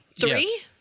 Three